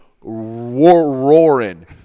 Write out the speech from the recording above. roaring